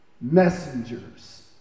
messengers